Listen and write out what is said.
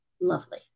lovely